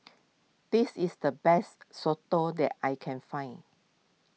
this is the best Soto that I can find